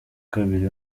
kabiri